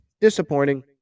disappointing